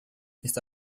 está